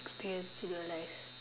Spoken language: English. experience in your life